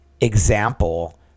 example